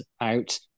out